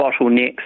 bottlenecks